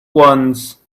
wants